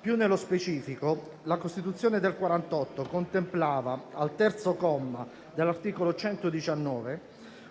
Più nello specifico la Costituzione del 1948 contemplava, al terzo comma, dell'articolo 119,